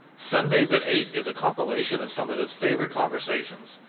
sundays at eight is a compilation of some of his favorite conversations.